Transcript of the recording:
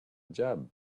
job